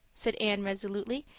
said anne resolutely,